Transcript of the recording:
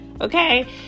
okay